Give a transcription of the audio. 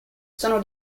sono